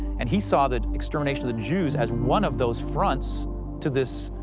and he saw that extermination of the jews as one of those fronts to this